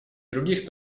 других